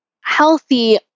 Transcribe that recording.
healthy